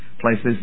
places